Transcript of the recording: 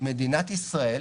מדינת ישראל,